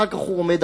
אחר כך הוא עומד,